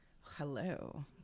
Hello